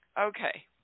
Okay